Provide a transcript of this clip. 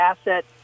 asset